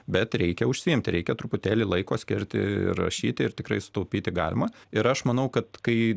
bet reikia užsiimti reikia truputėlį laiko skirti ir rašyti ir tikrai sutaupyti galima ir aš manau kad kai